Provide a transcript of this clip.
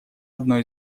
одной